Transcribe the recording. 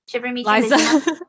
Liza